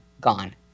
gone